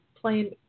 playing